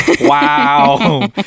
Wow